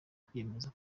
kwiyemeza